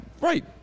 right